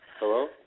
Hello